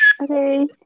Okay